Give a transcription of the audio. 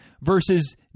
versus